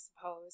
suppose